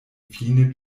fine